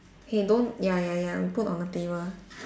okay don't ya ya ya you put on the table